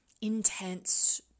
intense